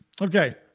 Okay